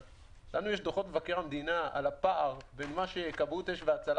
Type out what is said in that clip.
לנו יש דוחות מבקר המדינה על הפער בין מה שכבאות אש והצלה